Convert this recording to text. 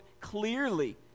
clearly